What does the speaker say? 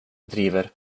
driver